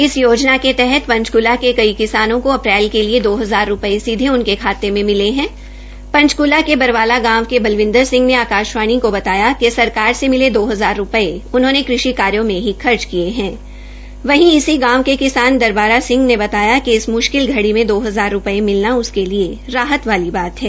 इस योजना के तहत पंचकूला के कई किसानों को अप्रैल के लिए दो हजार रूपये सीधे उनके खाते में मिले है पंचकुला के वरवाला गांव के बलविंदर सिंह ने आकाशवाणी को बताया कि सरकार से मिले दो हजार रूपये उन्होंने कृषि कार्यो में ही खर्च किये है वहीं इसी गांव के किसान दरवारा सिंह ने बताया कि इस मृश्किल घड़ी में दो हजार रूपये मिलना उसके लिए राहत वाली बात है